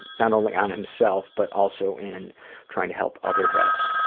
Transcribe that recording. not only on himself, but also in trying to help other vets.